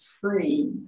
free